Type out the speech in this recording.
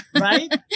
Right